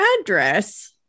address